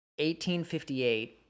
1858